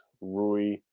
Rui